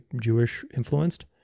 Jewish-influenced